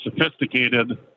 sophisticated